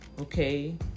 okay